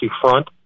front